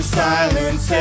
silence